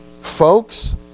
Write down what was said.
Folks